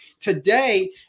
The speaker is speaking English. today